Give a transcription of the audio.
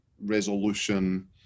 resolution